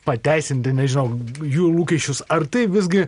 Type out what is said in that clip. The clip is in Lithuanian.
pateisinti nežinau jų lūkesčius ar tai visgi